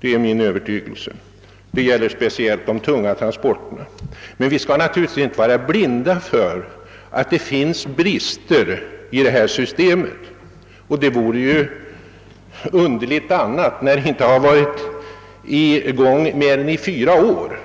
Detta gäller speciellt om de tunga transporterna. Men vi skall inte vara blinda för att systemet har sina brister. Det vore också underligt annars, när systemet inte har tillämpats längre tid än fyra år.